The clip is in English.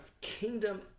kingdom